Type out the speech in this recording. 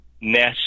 nest